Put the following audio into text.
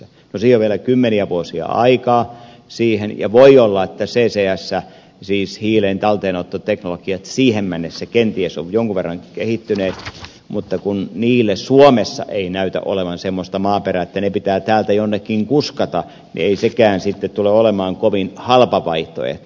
no siihen on vielä kymmeniä vuosia aikaa ja voi olla että ccs siis hiilentalteenottoteknologiat siihen mennessä kenties ovat jonkin verran kehittyneet mutta kun niille suomessa ei näytä olevan semmoista maaperää että ne pitää täältä jonnekin kuskata niin ei sekään sitten tule olemaan kovin halpa vaihtoehto